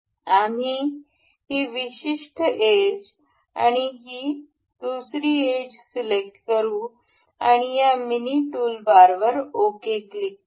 आम्ही ही विशिष्ट हे एज आणि ही एज सिलेक्ट करू आणि या मिनी टूलबारवर ओके क्लिक करू